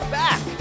back